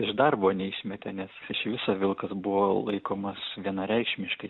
ir darbo neišmetė nes iš viso vilkas buvo laikomas vienareikšmiškai